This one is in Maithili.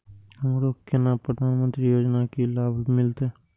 हमरो केना प्रधानमंत्री योजना की लाभ मिलते?